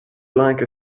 like